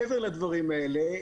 מעבר לדברים האלה,